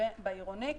בעירוני,